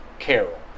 Carol